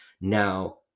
Now